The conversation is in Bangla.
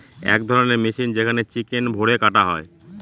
এক ধরণের মেশিন যেখানে চিকেন ভোরে কাটা হয়